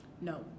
no